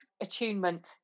attunement